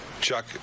Chuck